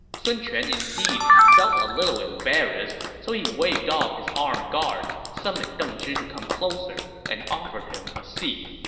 sun quan indeed felt a little embarrassed, so he waved off his armed guards, summoned deng zhi to come closer, and offered him a seat